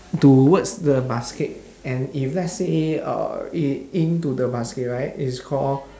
towards the basket and if let's say uh it in to the basket right it's call